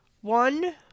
One